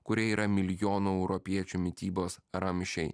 kurie yra milijonai europiečių mitybos ramsčiai